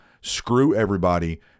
screw-everybody